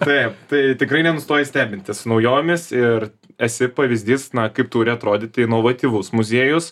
taip tai tikrai nenustoji stebinti su naujovėmis ir esi pavyzdys na kaip turi atrodyti inovatyvus muziejus